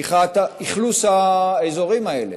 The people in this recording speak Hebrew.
פתיחת האכלוס של האזורים האלה.